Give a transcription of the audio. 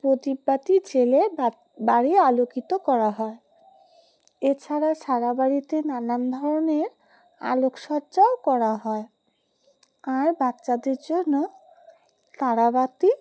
প্রদীপ বাতি জ্বেলে বাড়ি আলোকিত করা হয় এছাড়া সারা বাড়িতে নানান ধরনের আলোকসজ্জাও করা হয় আর বাচ্চাদের জন্য তারাবাতি